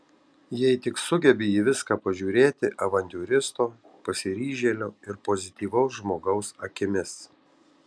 jei tik sugebi į viską pažiūrėti avantiūristo pasiryžėlio ir pozityvaus žmogaus akimis